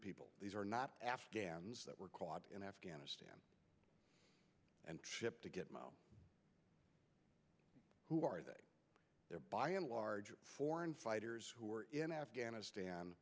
people these are not afghans that were caught in afghanistan and shipped to get them out who are they there by and large foreign fighters who were in afghanistan